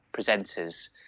presenters